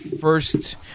first